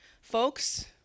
folks